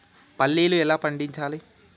పల్లీలు ఎలా పండించాలి?